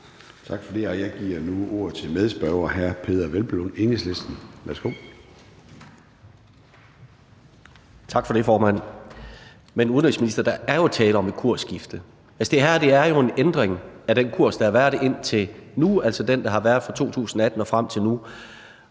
Tak for det. Jeg giver nu ordet til medspørgeren, hr. Peder Hvelplund, Enhedslisten. Værsgo. Kl. 13:19 Peder Hvelplund (EL): Tak for det, formand. Men, udenrigsminister, der er jo tale om et kursskifte. Det her er jo en ændring af den kurs, der har været indtil nu, altså den, der har været fra 2018 og frem til nu.